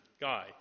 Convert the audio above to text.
guy